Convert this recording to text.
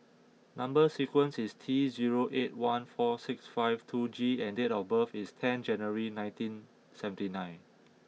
number sequence is T zero eight one four six five two G and date of birth is ten January nineteen seventy nine